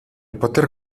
poter